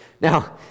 Now